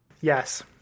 Yes